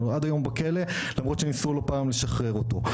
הוא עד היום בכלא למרות שניסו לא פעם לשחרר אותו.